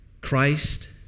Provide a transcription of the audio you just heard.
Christ